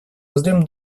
воздаем